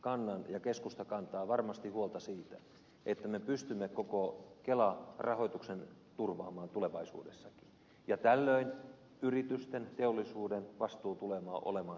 kannan ja keskusta kantaa varmasti huolta siitä että me pystymme koko kela rahoituksen turvaamaan tulevaisuudessa ja tällöin yritysten teollisuuden vastuu tulee olemaan siinä mukana